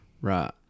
Right